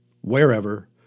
wherever